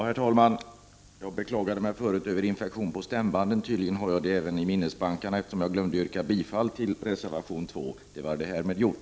Herr talman! Jag beklagade mig förut över infektion på stämbanden. Tydligen har jag det även i minnesbankarna, eftersom jag glömde att yrka bifall till reservation 2. Det är härmed gjort.